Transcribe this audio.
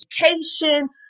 education